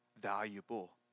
valuable